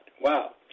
Wow